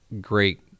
great